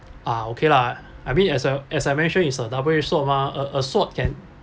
ah okay lah I mean as I as I mention is a double edge sword mah a a sword